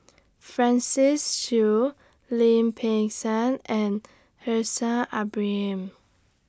Francis Seow Lim Peng Siang and Haslir Bin Ibrahim